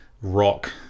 rock